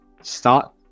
Start